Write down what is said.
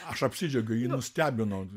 aš apsidžiaugiau jį nustebino